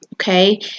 Okay